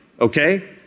okay